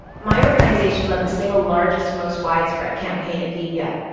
my organization led the single largest and most widespread campaign in libya.